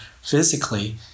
physically